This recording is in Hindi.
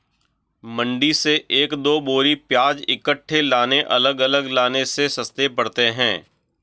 मंडी से एक दो बोरी प्याज इकट्ठे लाने अलग अलग लाने से सस्ते पड़ते हैं